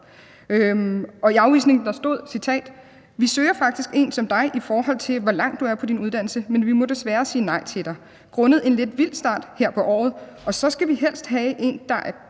i afvisningen stod der, citat: »Vi søger faktisk en som dig i forhold til hvor langt du er i uddannelsen. Men Vi må desværre sige nej til dig. Grundet en lidt vild start her på året også skal vi helst have en der er